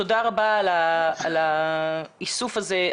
תודה רבה על האיסוף הזה,